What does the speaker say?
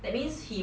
ya